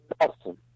awesome